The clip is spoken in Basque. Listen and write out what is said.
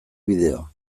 bideoa